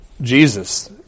Jesus